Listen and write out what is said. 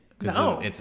No